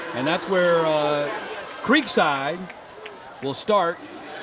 and that's where creekside will start